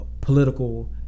political